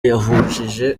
yahushije